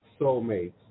soulmates